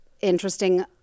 interesting